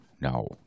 no